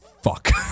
fuck